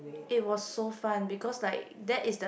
it was so fun because like that is the